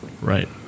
Right